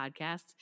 podcasts